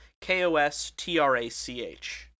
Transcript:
K-O-S-T-R-A-C-H